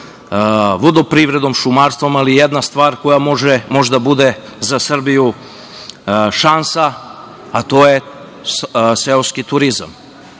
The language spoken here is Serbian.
vodoprivredom, šumarstvom, ali jedna stvar koja može da bude za Srbiju šansa, a to je seoski turizam. Seoski